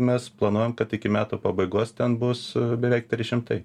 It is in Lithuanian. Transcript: mes planuojam kad iki metų pabaigos ten bus beveik trys šimtai